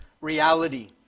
reality